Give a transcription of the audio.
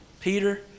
Peter